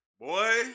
Boy